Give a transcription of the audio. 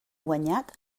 guanyat